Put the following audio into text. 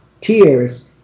tears